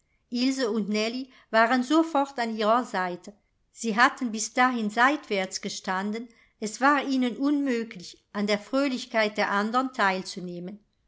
ilse und nellie waren sofort an ihrer seite sie hatten bis dahin seitwärts gestanden es war ihnen unmöglich an der fröhlichkeit der andern teilzunehmen